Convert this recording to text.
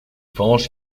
fañch